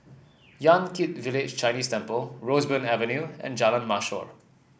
Yan Kit Village Chinese Temple Roseburn Avenue and Jalan Mashor